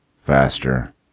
faster